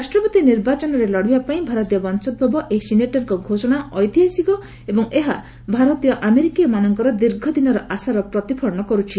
ରାଷ୍ଟ୍ରପତି ନିର୍ବାଚନରେ ଲଢ଼ିବା ପାଇଁ ଭାରତୀୟ ବଂଶୋଭବ ଏହି ସିନେଟରଙ୍କ ଘୋଷଣା ଐତିହାସିକ ଏବଂ ଏହା ଭାରତୀୟ ଆମେରିକୀୟମାନଙ୍କର ଦୀର୍ଘ ଦିନର ଆଶାର ପ୍ରତିଫଳନ କରିଛି